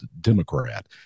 Democrat